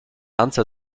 answer